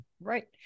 Right